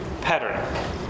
pattern